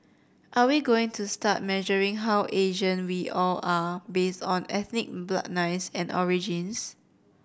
are we going to start measuring how Asian we all are based on ethnic bloodlines and origins